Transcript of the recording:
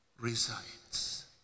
resides